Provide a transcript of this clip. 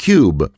Cube